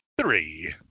three